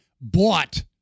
bought